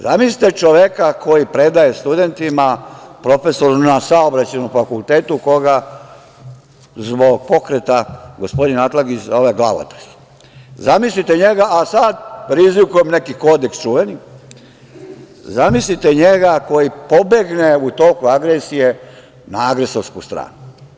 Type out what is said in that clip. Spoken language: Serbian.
Zamislite čoveka koji predaje studentima, profesor na Saobraćajnom fakultetu, koga zbog pokreta, gospodin Atlagić zove glavatas, zamislite njega, a sad priziva neki kodeks čuveni, zamislite njega koji pobegne u toku agresije na agresorsku stranu.